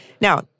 Now